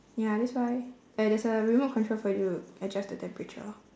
ya that's why eh there's a remote control for you adjust the temperature